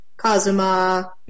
Kazuma